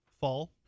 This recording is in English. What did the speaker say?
Fall